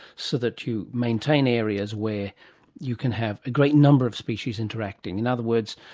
so that you maintain areas where you can have a great number of species interacting. in other words,